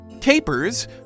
Capers